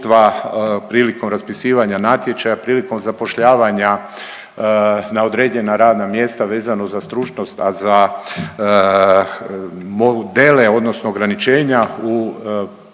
prilikom raspisivanja natječaja, prilikom zapošljavanja na određena radna mjesta vezano za stručnost, a za modele odnosno ograničenja u odlučivanju